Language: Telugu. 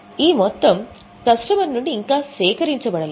ఈ మొత్తం కస్టమర్ నుండి ఇంకా సేకరించబడలేదు